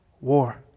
war